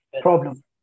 problem